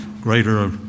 greater